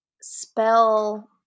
spell